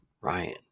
Ryan